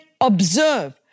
observe